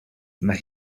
mae